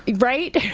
right?